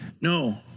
no